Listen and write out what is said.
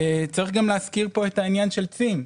צריך גם להזכיר פה את העניין של צים.